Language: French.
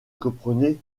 comprenez